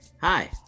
Hi